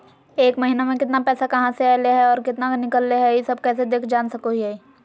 एक महीना में केतना पैसा कहा से अयले है और केतना निकले हैं, ई सब कैसे देख जान सको हियय?